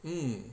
mm